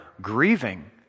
grieving